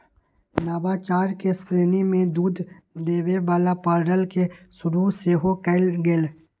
नवाचार के श्रेणी में दूध देबे वला पार्लर के शुरु सेहो कएल गेल